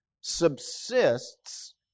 subsists